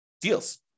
deals